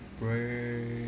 pray